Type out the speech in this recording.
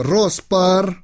Rospar